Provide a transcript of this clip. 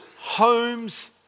homes